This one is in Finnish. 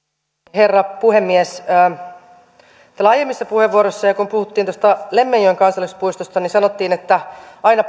herra puhemies täällä aiemmissa puheenvuoroissa kun puhuttiin lemmenjoen kansallispuistosta sanottiin että aina